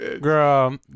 Girl